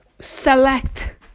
select